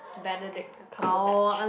Benedict Cumberbatch